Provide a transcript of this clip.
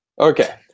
Okay